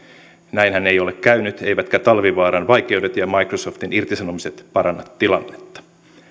näinhän ei ole käynyt eivätkä talvivaaran vaikeudet ja microsoftin irtisanomiset paranna tilannetta